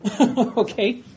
okay